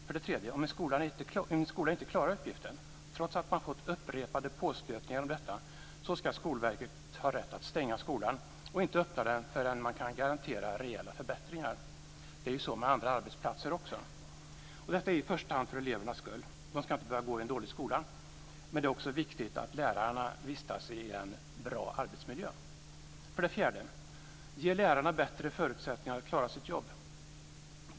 För det tredje: Om en skola inte klarar uppgiften trots att den fått upprepade påstötningar om detta ska Skolverket ha rätt att stänga skolan och inte öppna den förrän man kan garantera rejäla förbättringar. Det är ju så med andra arbetsplatser också. Detta är i första hand för elevernas skull. De ska inte behöva gå i en dålig skola, men det är också viktigt att lärarna vistas i en bra arbetsmiljö. För det fjärde: Ge lärarna bättre förutsättningar att klara sitt jobb.